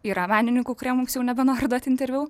yra menininkų kurie mums jau nebenori duot interviu